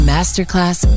Masterclass